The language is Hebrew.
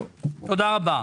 תודה רבה.